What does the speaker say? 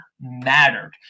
mattered